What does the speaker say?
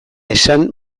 esan